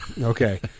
okay